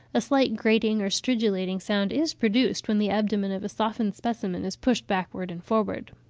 a slight grating or stridulating sound is produced, when the abdomen of a softened specimen is pushed backwards and forwards.